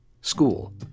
school